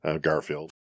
Garfield